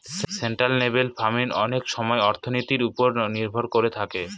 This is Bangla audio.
সাস্টেইনেবেল ফার্মিং অনেক সময় অর্থনীতির ওপর নির্ভর করে থাকে